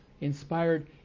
Inspired